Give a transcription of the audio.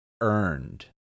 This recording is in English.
earned